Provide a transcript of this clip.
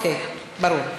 אוקיי, ברור.